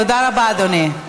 תודה רבה, אדוני.